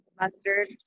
Mustard